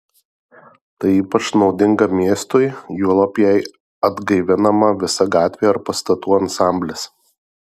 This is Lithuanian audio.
tai ypač naudinga miestui juolab jei atgaivinama visa gatvė ar pastatų ansamblis